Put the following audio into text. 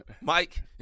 Mike